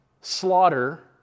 slaughter